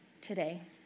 today